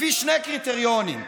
כן, כן.